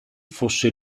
fosse